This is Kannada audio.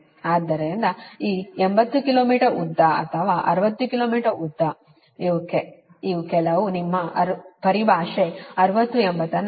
ಆದ್ದರಿಂದ ಈ 80 ಕಿಲೋ ಮೀಟರ್ ಉದ್ದ ಅಥವಾ 60 ಕಿಲೋ ಮೀಟರ್ ಉದ್ದ ಇವು ಕೆಲವು ನಿಮ್ಮ ಪರಿಭಾಷೆ 60 80 ಅನ್ನು ಬಳಸುತ್ತೇವೆ